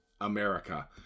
America